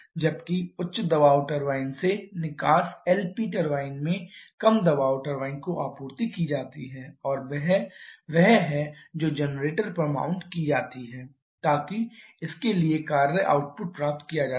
जबकि उच्च दबाव टरबाइन से निकास LP टरबाइन में कम दबाव टरबाइन को आपूर्ति की जाती है और वह वह है जो जनरेटर पर माउंट की जाती है ताकि इसके लिए कार्य आउटपुट प्राप्त किया जा सके